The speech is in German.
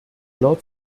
laut